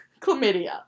chlamydia